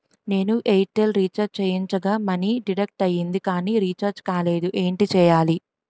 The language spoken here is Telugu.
నేను ఎయిర్ టెల్ రీఛార్జ్ చేయించగా మనీ డిడక్ట్ అయ్యింది కానీ రీఛార్జ్ కాలేదు ఏంటి చేయాలి?